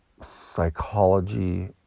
psychology